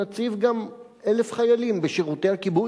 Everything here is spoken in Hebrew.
נציב גם 1,000 חיילים בשירותי הכיבוי?